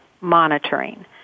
Monitoring